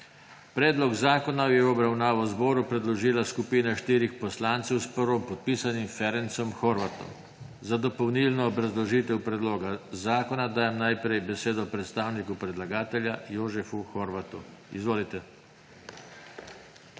Predlog zakona je v obravnavo zboru predložila skupina štirih poslancev s prvopodpisanim Ferencem Horváthom. Za dopolnilo obrazložitev predloga zakona dajem besedo najprej predstavniku predlagatelja Jožefu Horvatu. Izvolite.